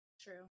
true